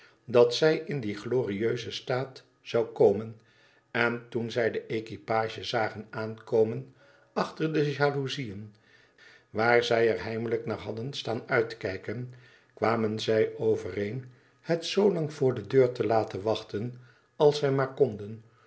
dat zij in dien glorieuzen staat zou komen en toen zij de equipage zagen aankomen achter de jaloezieën waar zij er heimelijk naar hadden staan uitkijken kwamen zij overeen het zoolang voor de deur te laten wachten als zij maar konden